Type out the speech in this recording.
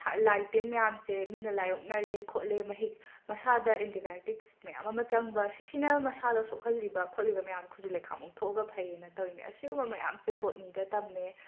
ꯊ ꯂꯥꯏ ꯇꯤꯟ ꯃꯌꯥꯝꯁꯦ ꯃꯤꯅ ꯂꯥꯏ ꯑꯣꯛꯅꯔꯦ ꯈꯣꯠꯂꯦ ꯃꯍꯤꯛ ꯃꯁꯥꯗ ꯑꯟꯇꯤꯕꯥꯏꯌꯣꯇꯤꯛꯁ ꯃꯌꯥꯝ ꯑꯃ ꯆꯪꯕ ꯁꯤꯁꯤꯅ ꯃꯁꯥꯗ ꯁꯣꯛꯍꯜꯂꯤꯕ ꯈꯣꯠꯂꯤꯕ ꯃꯌꯥꯝ ꯈꯨꯖꯨ ꯂꯩꯈꯥꯝ ꯑꯣꯛꯊꯣꯛꯑꯒ ꯐꯩꯌꯦꯅ ꯇꯧꯋꯤꯅꯦ ꯑꯁꯤꯒꯨꯝꯕ ꯃꯌꯥꯝꯁꯦ ꯕꯣꯠꯅꯤꯗ ꯇꯝꯃꯦ